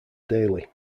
daily